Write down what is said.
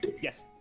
Yes